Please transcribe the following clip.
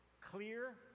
clear